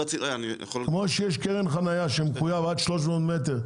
כמו שיש קרן חנייה שמחויב עד 300 מטר,